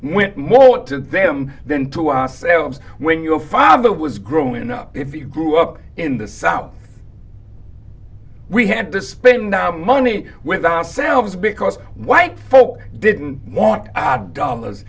went more to them than to ourselves when your father was growing up if you grew up in the south we had to spend our money with ourselves because white folk didn't want ad dollars